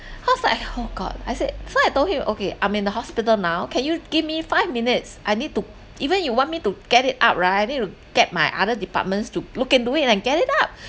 I was like oh god I said so I told him okay I'm in the hospital now can you give me five minutes I need to even you want me to get it up right I need to get my other departments to look into it and get it up